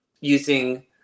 using